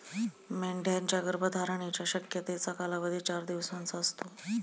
मेंढ्यांच्या गर्भधारणेच्या शक्यतेचा कालावधी चार दिवसांचा असतो